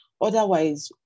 otherwise